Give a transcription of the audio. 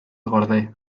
gorde